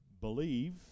believe